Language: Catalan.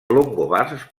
longobards